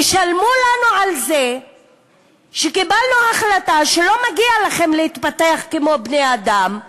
תשלמו לנו על זה שקיבלנו החלטה שלא מגיע לכם להתפתח כמו בני-אדם,